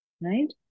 Right